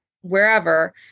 wherever